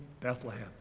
Bethlehem